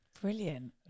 brilliant